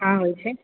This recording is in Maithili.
हँ होइत छै